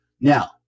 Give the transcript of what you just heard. Now